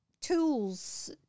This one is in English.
tools